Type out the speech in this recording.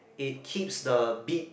it keeps the beat